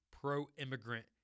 pro-immigrant